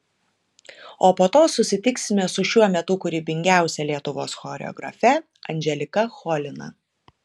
o po to susitiksime su šiuo metu kūrybingiausia lietuvos choreografe andželika cholina